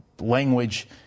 language